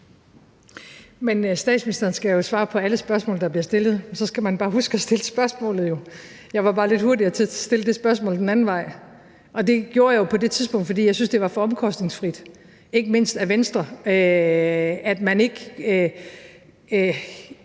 statsministeren skal jo svare på alle spørgsmål, der bliver stillet. Så skal man bare huske at stille spørgsmålet. Jeg var blot lidt hurtigere til at stille det spørgsmål den anden vej. Det gjorde jeg jo på det tidspunkt, fordi jeg syntes, det var for omkostningsfrit, ikke mindst for Venstre, at man ikke